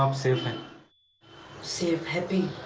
um safe. and safe. happy.